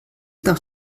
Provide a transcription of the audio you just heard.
nach